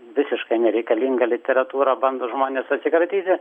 visiškai nereikalinga literatūra bando žmonės atsikratyti